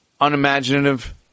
unimaginative